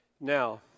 Now